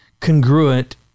congruent